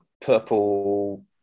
purple